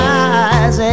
eyes